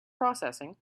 processing